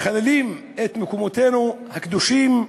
מחללים את מקומותינו הקדושים,